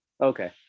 Okay